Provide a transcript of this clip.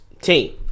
team